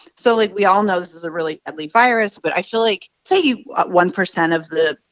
so, like, we all know this is a really deadly virus. but i feel like say you one percent of the,